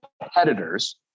competitors